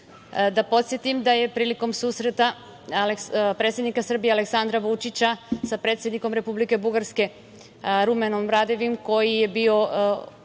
podsetim da je prilikom susreta predsednika Srbije Aleksandra Vučića sa predsednikom Republike Bugarske Rumenom Radevim, koji je bio